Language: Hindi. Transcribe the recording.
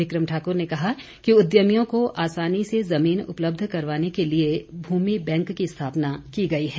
विक्रम ठाकुर ने कहा कि उद्यमियों को आसानी से ज़मीन उपलब्ध करवाने के लिए भूमि बैंक की स्थापना की गई है